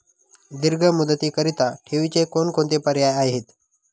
दीर्घ मुदतीकरीता ठेवीचे कोणकोणते पर्याय आहेत?